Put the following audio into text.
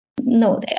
No